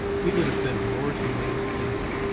he would have been a more humane king.